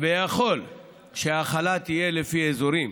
ויכול שההחלה תהיה לפי אזורים.